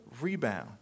rebound